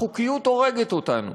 החוקיות הורגת אותנו.